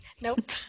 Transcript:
Nope